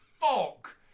fuck